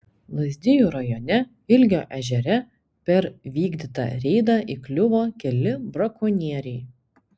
lazdijų rajone ilgio ežere per vykdytą reidą įkliuvo keli brakonieriai